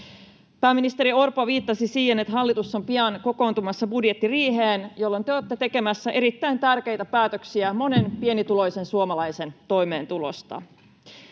Pääministeri Orpo viittasi siihen, että hallitus on pian kokoontumassa budjettiriiheen, jolloin te olette tekemässä erittäin tärkeitä päätöksiä monen pienituloisen suomalaisen toimeentulosta.